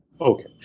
Okay